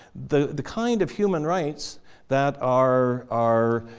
the the kind of human rights that are are